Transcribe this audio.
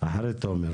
אחרי תומר.